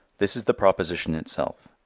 this is the proposition itself,